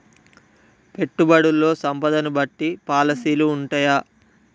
పెట్టుబడుల్లో సంపదను బట్టి పాలసీలు ఉంటయా?